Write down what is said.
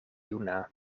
juna